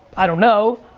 i don't know,